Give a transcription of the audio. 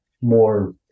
more